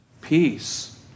peace